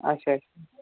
اچھا